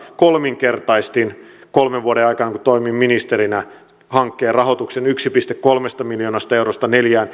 kolminkertaistin niiden kolmen vuoden aikana kun toimin ministerinä hankkeen rahoituksen yhdestä pilkku kolmesta miljoonasta eurosta neljään